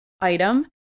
item